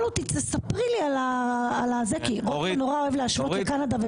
ממני שאספר לו על מה שקורה כי רוטמן מאוד אוהב להשוות לקנדה.